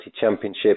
championship